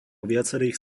viacerých